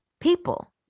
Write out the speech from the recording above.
people